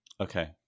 Okay